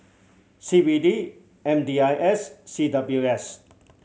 C B D M D I S C W S